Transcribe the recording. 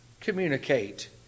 communicate